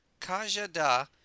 Kajada